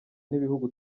n’ibihugu